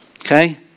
Okay